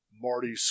marty